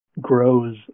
grows